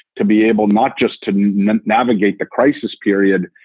to be able not just to navigate the crisis period,